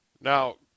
Now